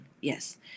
Yes